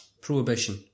prohibition